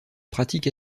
pratique